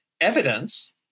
evidence